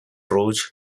rouge